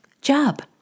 job